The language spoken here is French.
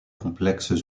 complexes